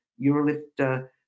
Eurolift